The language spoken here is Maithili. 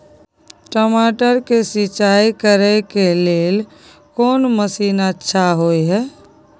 टमाटर के सिंचाई करे के लेल कोन मसीन अच्छा होय है